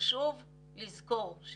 לפחות מאז שבדקנו, הדבר הוא יותר בעייתי.